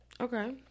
Okay